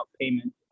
payment